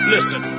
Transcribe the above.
Listen